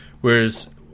Whereas